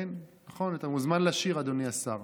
נכון, אתה מוזמן לשיר, אדוני השר.